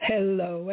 Hello